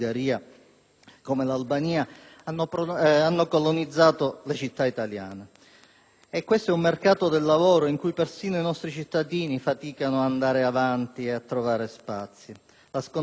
Questo è un mercato del lavoro in cui persino i nostri cittadini faticano ad andare avanti e a trovare spazio. La scontata evoluzione nella vita clandestina di questi soggetti con poche risorse e alloggi di fortuna